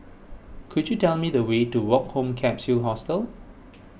could you tell me the way to Woke Home Capsule Hostel